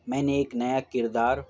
میں نے ایک نیا کردار